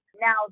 Now